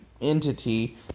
entity